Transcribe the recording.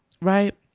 right